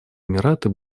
эмираты